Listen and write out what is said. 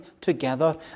together